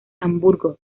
hamburgo